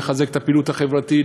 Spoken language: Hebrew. לחזק את הפעילות החברתית,